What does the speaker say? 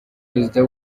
perezida